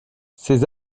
ces